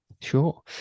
sure